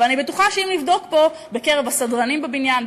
אבל אני בטוחה שאם נבדוק בקרב הסדרנים פה בבניין,